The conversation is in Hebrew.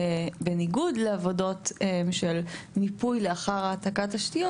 בניגוד לעבודות של מיפוי לאחר העתקת תשתיות